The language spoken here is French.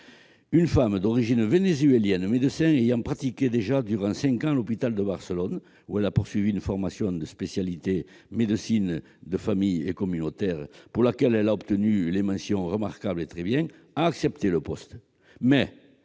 une femme d'origine vénézuélienne, médecin ayant pratiqué déjà durant cinq ans à l'hôpital de Barcelone, où elle a suivi une formation en spécialité « médecine de famille et communautaire », pour laquelle elle a obtenu les mentions « remarquable » et « très bien », a accepté le poste.